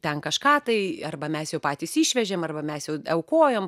ten kažką tai arba mes jau patys išvežėm arba mes jau aukojom